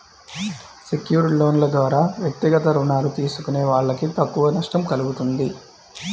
secured లోన్ల ద్వారా వ్యక్తిగత రుణాలు తీసుకునే వాళ్ళకు తక్కువ నష్టం కల్గుతుంది